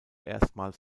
erstmals